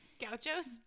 gauchos